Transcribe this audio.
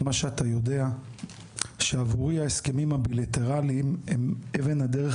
מה שאתה יודע שעבורי ההסכמים הבילטרליים הם אבן הדרך